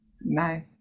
no